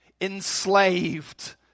enslaved